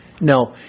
No